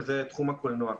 שזה תחום הקולנוע.